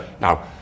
Now